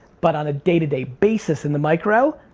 but on a day-to-day basis in the micro,